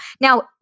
Now